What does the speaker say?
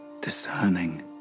discerning